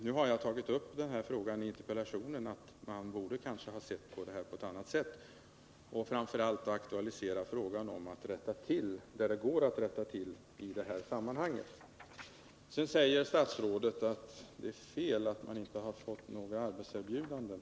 Nu har jag tagit upp denna fråga i interpellationen, eftersom jag anser att man borde ha sett på detta på ett annat sätt och framför allt aktualiserat frågan om att rätta till det som går att rätta till i detta sammanhang. Sedan säger statsrådet att det är fel att påstå att man inte har fått några arbetserbjudanden.